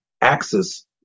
axis